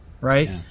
right